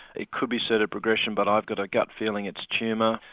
it could be pseudo-progression but i've got a gut feeling it's tumour,